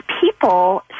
people